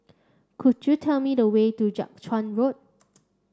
could you tell me the way to Jiak Chuan Road